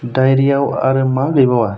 दायरियाव आरो मा गैबावा